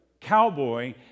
cowboy